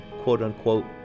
quote-unquote